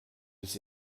bis